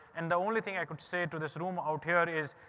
and the only thing i could say to this room out here is,